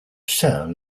cell